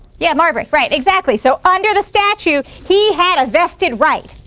yeah marbury, right. exactly. so under the statute he had a vested right.